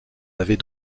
avait